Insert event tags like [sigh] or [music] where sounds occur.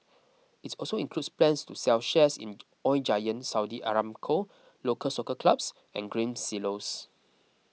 its also includes plans to sell shares in [unintelligible] Oil Giant Saudi Aramco Local Soccer Clubs and Grain Silos